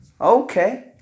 okay